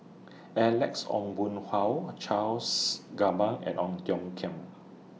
Alex Ong Boon Hau Charles Gamba and Ong Tiong Khiam